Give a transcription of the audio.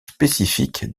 spécifique